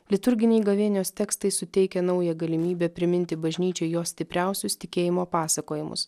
liturginiai gavėnios tekstai suteikia naują galimybę priminti bažnyčiai jo stipriausius tikėjimo pasakojimus